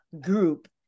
group